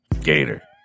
Gator